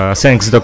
thanks